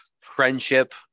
friendship